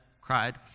cried